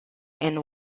and